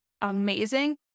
amazing